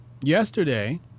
Yesterday